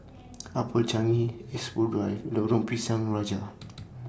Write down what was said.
Upper Changi Expo Drive Lorong Pisang Raja